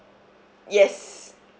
yes